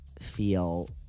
feel